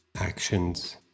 actions